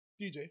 DJ